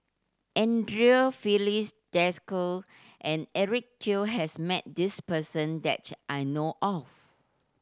Andre Filipe Desker and Eric Teo has met this person that I know of